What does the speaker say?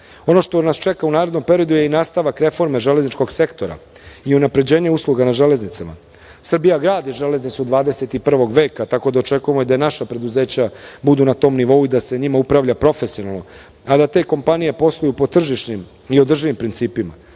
što nas čeka u narednom periodu je i nastavak reforme železničkog sektora i unapređenje usluga na železnicama. Srbija gradi železnicu 21. veka, tako da očekujemo da i naša preduzeća budu na tom nivou i da se njima upravlja profesionalno, a da te kompanije posluju po tržišnim i održivim principima.